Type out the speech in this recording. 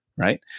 right